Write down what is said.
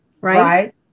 right